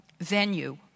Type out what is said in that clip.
venue